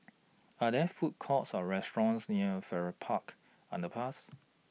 Are There Food Courts Or restaurants near Farrer Park Underpass